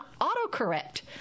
autocorrect